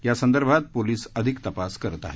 यासंदर्भात पोलीस अधिक तपास करीत आहेत